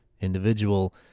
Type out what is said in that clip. individual